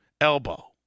elbow